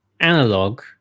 analog